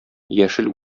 яшел